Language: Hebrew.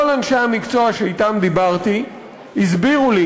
כל אנשי המקצוע שאתם דיברתי הסבירו לי